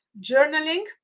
journaling